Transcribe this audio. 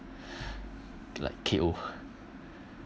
like K_O